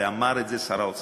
ואמר את זה שר האוצר,